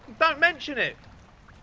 don't mention it.